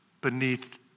beneath